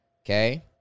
Okay